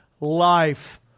life